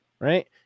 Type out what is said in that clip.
Right